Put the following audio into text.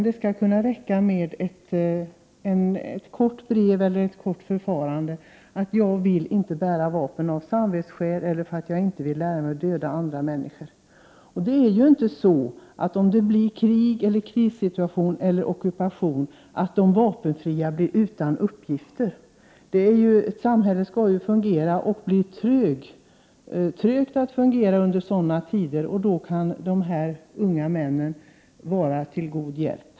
Det skall kunna räcka med ett kortare förfarande eller ett kort brev, där man säger att man inte vill bära vapen av samvetsskäl eller därför att man inte vill lära sig att döda andra människor. Vid krig, krissituationer eller ockupation blir inte de vapenfria utan uppgifter. Samhället fungerar trögare under sådana förhållanden. Då kan de här unga männen vara till god hjälp.